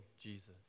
Jesus